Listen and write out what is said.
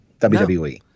WWE